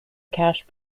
cash